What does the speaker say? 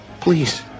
please